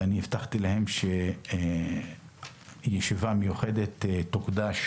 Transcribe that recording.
הבטחתי להם שישיבה מיוחדת תוקדש